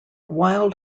wild